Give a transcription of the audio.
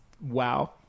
Wow